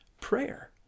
prayer